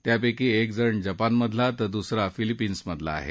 त्यापैकी एक जण जपानमधला तर दुसरा फिलीपाईन्समधला आहे